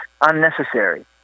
unnecessary